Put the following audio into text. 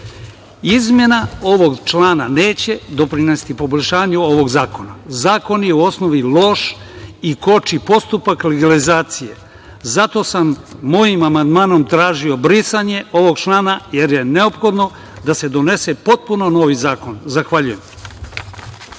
sela. Izmena ovog člana neće doprineti poboljšanju ovog zakona. Zakoni je u osnovi loš i koči postupak legalizacije. Zato sam mojim amandmanom tražio brisanje ovog člana, jer je neophodno da se donese potpuno novi zakon. Zahvaljujem.